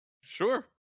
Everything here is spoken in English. sure